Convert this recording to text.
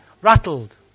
rattled